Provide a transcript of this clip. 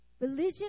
Religion